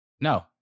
No